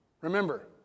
Remember